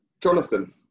jonathan